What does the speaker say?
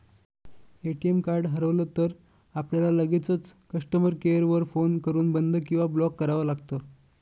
ATM card हरवलं तर, आपल्याला लगेचच कस्टमर केअर वर फोन करून बंद किंवा ब्लॉक करावं लागतं